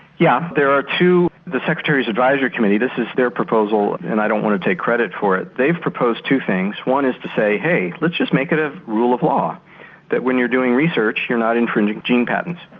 yeah, there are two, the secretary's advisory committee, this is their proposal and i don't want to take credit for it. they've proposed two things, one is to say hey, let's just make it a rule of law that when you're doing research you're not infringing gene patents,